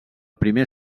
primer